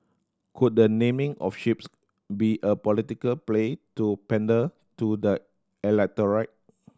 could the naming of ships be a political play to pander to the electorate